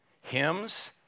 Hymns